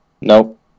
Nope